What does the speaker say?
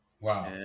Wow